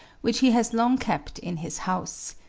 which he has long kept in his house.